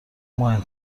مهم